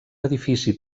edifici